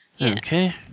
Okay